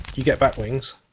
you get bat wings.